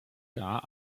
gar